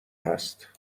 هست